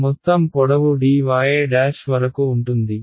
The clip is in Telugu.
మొత్తం పొడవు dy వరకు ఉంటుంది